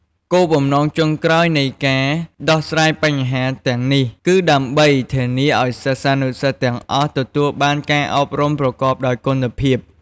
គោលបំណងចុងក្រោយនៃការដោះស្រាយបញ្ហាទាំងនេះ គឺដើម្បីធានាឱ្យសិស្សានុសិស្សទាំងអស់ទទួលបានការអប់រំប្រកបដោយគុណភាព។